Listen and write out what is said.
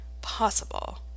possible